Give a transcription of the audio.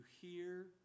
hear